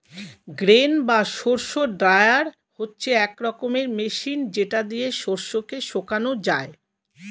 grain বা শস্য dryer হচ্ছে এক রকমের মেশিন যেটা দিয়ে শস্য কে শোকানো যায়